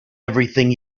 everything